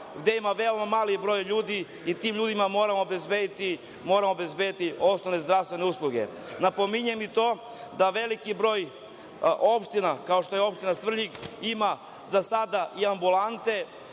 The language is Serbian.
gde ima veoma mali broj ljudi i tim ljudima moramo obezbediti osnovne zdravstvene usluge. Napominjem i to da veliki broj opština, kao što je opština Svrljig ima za sada i ambulante